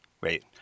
Wait